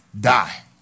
die